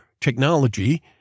technology